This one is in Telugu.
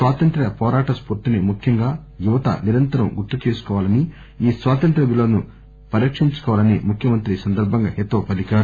స్వాతంత్ర్య వోరాట స్పూర్తిని ముఖ్యంగా యువత నిరంతరం గుర్తుంచుకోవాలని ఆ స్వాతంత్ర్య విలువలను పరిరక్షించుకోవాలని హితవు పలికారు